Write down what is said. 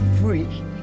free